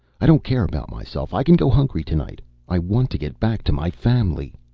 i don't care about myself. i can go hungry to-night. i want to get back to my family.